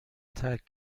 ترک